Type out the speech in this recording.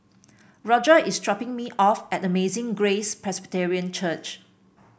Roger is dropping me off at Amazing Grace Presbyterian Church